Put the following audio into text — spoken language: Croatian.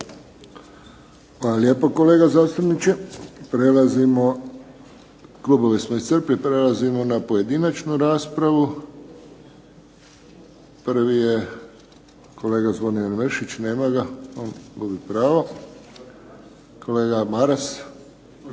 Hvala lijepo kolega zastupniče. Prelazimo, klubove smo iscrpili. Prelazimo na pojedinačnu raspravu. Prvi je kolega Zvonimir Mršić. Nema ga. On gubi pravo. Kolega Maras.